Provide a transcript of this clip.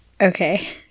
Okay